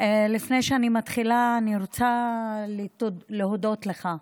לפני שאני מתחילה אני רוצה להודות לך,